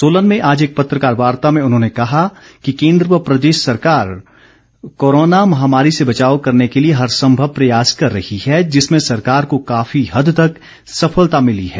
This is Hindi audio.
सोलन में आज एक पत्रकार वार्ता भें उन्होंने कहा कि कोन्द्र व प्रदेश सरकार द्वारा कोरोना महामारी से बचाव के लिए हर संभव प्रयास किए जा रहे हैं जिसमें सरकार को काफी हद तक सफलता मिली है